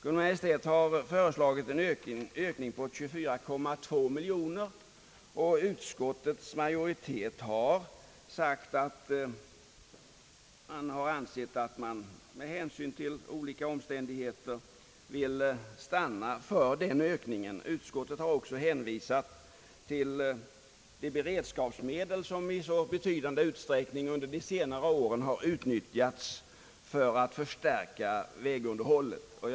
Kungl. Maj:t har föreslagit en ökning med 24,2 miljoner, och utskottets majoritet vill med hänsyn till olika omständigheter stanna vid den ökningen. Utskottet har också hänvisat till att beredskapsmedel under de senare åren i betydande utsträckning utnyttjats för att förstärka vägunderhållet.